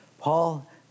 Paul